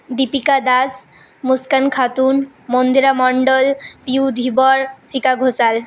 Deepika Das Muskan Khatun Mandira Mondal Piu Dhibar Shikha Ghoshal